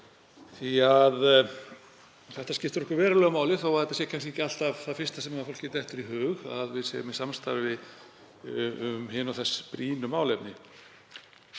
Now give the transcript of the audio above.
því að það skiptir okkur verulegu máli þó að þetta sé kannski ekki alltaf það fyrsta sem fólki dettur í hug, að við séum í samstarfi um hin og þessi brýnu málefni.